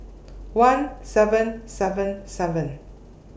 one seven seven seven